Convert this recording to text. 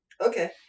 Okay